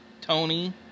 tony